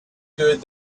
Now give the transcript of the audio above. good